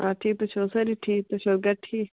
آ ٹھیٖک تُہۍ چھِوا سٲری ٹھیٖک تُہۍ چھِ حظ گَرِ ٹھیٖک